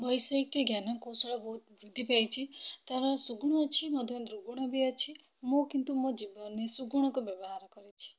ବୈଷୟିକଜ୍ଞାନ କୌଶଳ ବହୁତ ବୃଦ୍ଧି ପାଇଛି ତା'ର ସୁଗୁଣ ଅଛି ମଧ୍ୟ ର୍ଦୁଗୁଣ ବି ଅଛି ମୁଁ କିନ୍ତୁ ମୋ ଜୀବନରେ ସୁଗୁଣକୁ ବ୍ୟବହାର କରିଛି